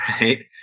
right